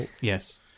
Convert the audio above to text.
Yes